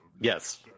Yes